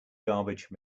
garbage